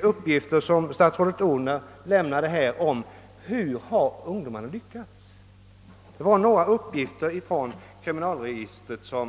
utförligare uppgifter om hur ungdomarna lyckats än dem statsrådet Odhnoff nu gett oss.